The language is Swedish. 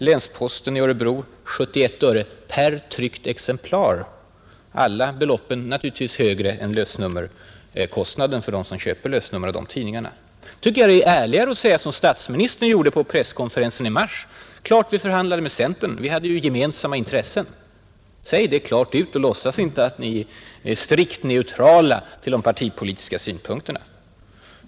Då tycker jag det är ärligare att säga som statsministern gjorde på presskonferensen i mars: ”Det är klart att vi förhandlade med centern — vi hade ju gemensamma intressen.” Säg det klart ut och låtsas inte att ni är strikt neutrala till de partipolitiska synpunkterna.